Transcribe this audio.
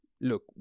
look